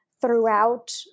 throughout